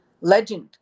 legend